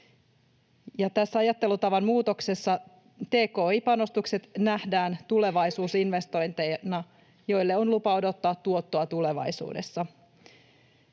Tässä ajattelutavan muutoksessa tki-panostukset nähdään tulevaisuusinvestointeina, joille on lupa odottaa tuottoa tulevaisuudessa.